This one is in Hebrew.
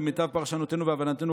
למיטב פרשנותנו והבנתנו,